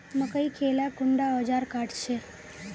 मकई के ला कुंडा ओजार काट छै?